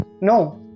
no